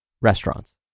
restaurants